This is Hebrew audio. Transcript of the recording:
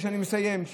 אני מסיים.